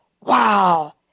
wow